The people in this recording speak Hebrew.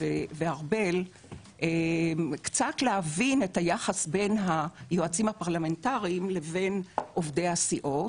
וארבל קצת להבין את היחס בין היועצים הפרלמנטריים לבין עובדי הסיעות,